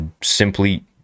simply